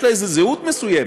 יש לה איזו זהות מסוימת.